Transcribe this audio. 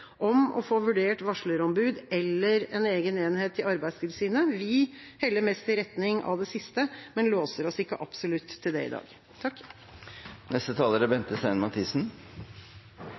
om å få vurdert varslerombud eller en egen enhet i Arbeidstilsynet. Vi heller mest i retning av det siste, men låser oss ikke absolutt til det i dag.